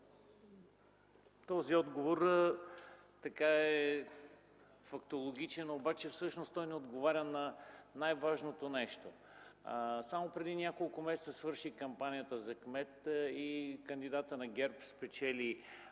Този отговор е фактологичен, обаче всъщност той не отговаря на най-важното нещо. Само преди няколко месеца свърши кампанията за кмет и кандидатът на ГЕРБ спечели